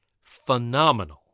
phenomenal